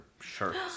shirts